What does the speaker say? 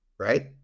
Right